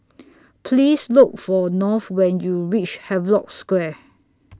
Please Look For North when YOU REACH Havelock Square